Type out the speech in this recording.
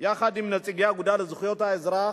יחד עם נציגי האגודה לזכויות האזרח.